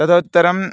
तदुत्तरम्